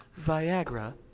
Viagra